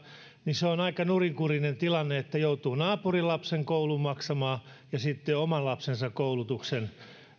niin se on aika nurinkurinen tilanne että joutuu naapurin lapsen koulun maksamaan ja sitten oman lapsensa